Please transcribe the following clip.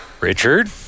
Richard